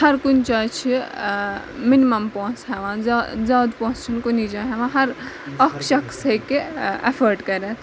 ہرکُنہِ جایہِ چھِ مِنِمَم پونٛسہٕ ہٮ۪وان زیا زیادٕ پونٛسہِ چھِنہٕ کُنی جاے ہٮ۪وان ہر اَکھ شخص ہیٚکہِ اٮ۪فٲٹ کٔرِتھ